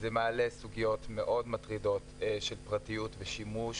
זה מעלה סוגיות מאוד מטרידות של פרטיות ושימוש.